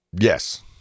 Yes